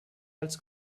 als